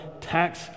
tax